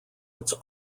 its